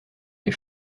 les